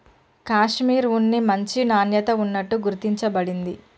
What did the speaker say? కాషిమిర్ ఉన్ని మంచి నాణ్యత ఉన్నట్టు గుర్తించ బడింది